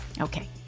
Okay